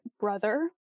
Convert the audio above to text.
brother